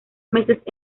meses